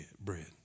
bread